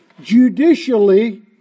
judicially